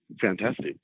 fantastic